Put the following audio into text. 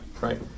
right